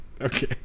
Okay